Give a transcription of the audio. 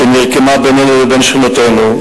שנרקמה בינינו לבין שכנותינו,